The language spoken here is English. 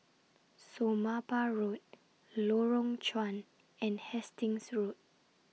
Somapah Road Lorong Chuan and Hastings Road